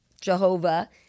jehovah